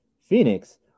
Phoenix